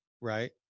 Right